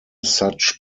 such